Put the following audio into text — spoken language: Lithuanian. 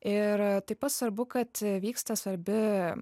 ir taip pat svarbu kad vyksta svarbi